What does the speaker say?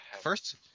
First